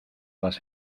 las